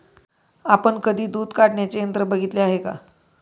आपण कधी दूध काढण्याचे यंत्र बघितले आहे का?